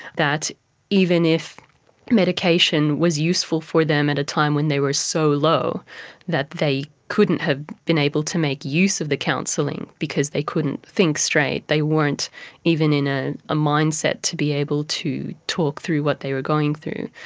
that even if medication was useful for them at a time when they were so low that they couldn't have been able to make use of the counselling because they couldn't think straight, they weren't even in ah a mindset to be able to talk through what they were going through,